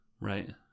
Right